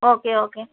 okay okay